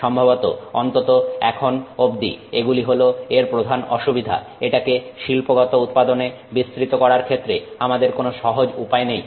সম্ভবত অন্তত এখন অব্দি এগুলি হল এর প্রধান অসুবিধা এটাকে শিল্পগত উৎপাদনে বিস্তৃত করার ক্ষেত্রে আমাদের কোনো সহজ উপায় নেই